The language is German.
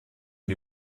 die